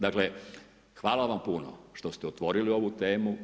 Dakle, hvala vam puno što ste otvorili ovu temu.